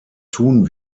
tun